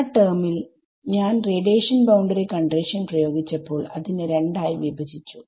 ആ ടെർമിൽ ഞാൻ റേഡിയേഷൻ ബൌണ്ടറി കണ്ടിഷൻ പ്രയോഗിച്ചപ്പോൾ അതിനെ രണ്ടായി വിഭജിച്ചു